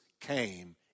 came